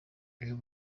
uyu